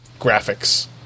graphics